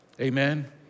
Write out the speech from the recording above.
Amen